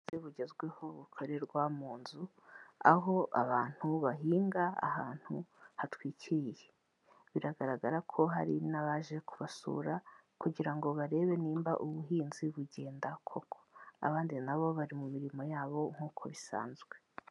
Ubu uburyo bugezweho bukorerwa mu nzu, aho abantu bahinga ahantu hatwikiriye, biragaragara ko hari n'abaje kubasura kugira ngo barebe nimba ubuhinzi bugenda koko, abandi na bo bari mu mirimo yabo nk'uko bisanzwe.